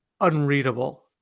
unreadable